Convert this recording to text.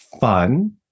fun